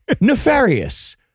nefarious